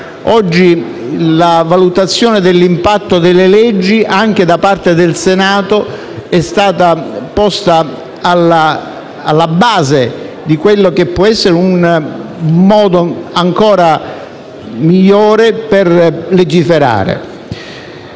Oggi la valutazione dell'impatto delle leggi, anche da parte del Senato, è stata posta alla base di quello che può essere un modo ancora migliore per legiferare.